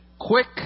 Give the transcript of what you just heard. Quick